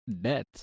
death